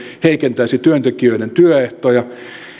heikentäisi työntekijöiden työehtoja